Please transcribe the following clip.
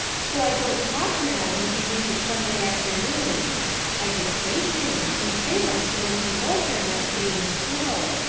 so i don't talk now when she reads it sunday afternoons i just think things and say them to milty boulter next day in school.